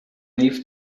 leave